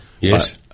Yes